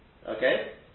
Okay